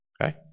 Okay